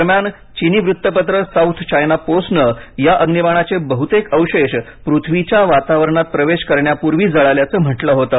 दरम्यान चिनी वृत्तपत्र साउथ चायना पोस्टने या अग्निबाणाचे बहुतेक अवशेष पृथ्वीच्या वातावरणात प्रवेश करण्यापूर्वी जळल्याच म्हटलं होतं